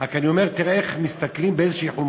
רק אני אומר, תראה איך מסתכלים, באיזו חומרה.